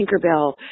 Tinkerbell